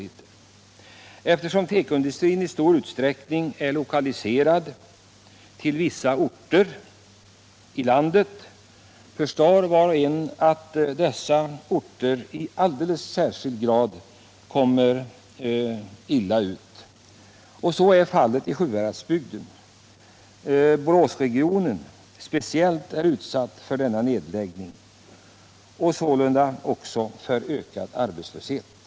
Nr 49 Eftersom tekoindustrin i stor utsträckning är lokaliserad till vissa orter i landet, förstår var och en att dessa orter i alldeles särskild grad råkar illa ut — och så är fallet i Sjuhäradsbygden. Speciellt Boråsregionen är = utsatt för denna nedläggning och sålunda också för ökad arbetslöshet.